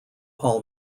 paul